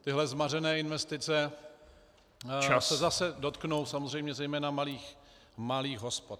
Tyhle zmařené investice se zase dotknou samozřejmě zejména malých hospod.